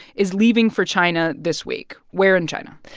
is leaving for china this week. where in china?